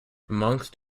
amongst